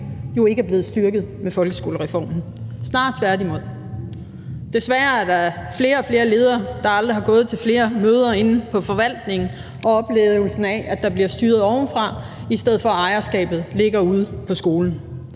jo ikke blevet styrket med folkeskolereformen, snarere tværtimod. Der er desværre flere og flere ledere, der aldrig har gået til så mange møder inde på forvaltningen, og som oplever, at der bliver styret ovenfra, i stedet for at ejerskabet ligger ude på skolerne.